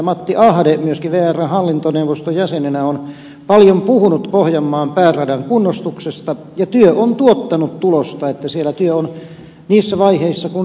matti ahde myöskin vrn hallintoneuvoston jäsenenä on paljon puhunut pohjanmaan pääradan kunnostuksesta ja työ on tuottanut tulosta niin että siellä työ on niissä vaiheissa kuin se on